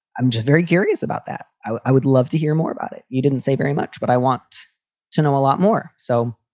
i'm just very curious about that. i would love to hear more about it. you didn't say very much, but i want to know a lot more. so.